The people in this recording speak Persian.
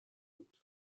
بود